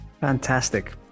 Fantastic